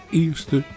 eerste